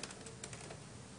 בירכא,